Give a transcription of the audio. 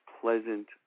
pleasant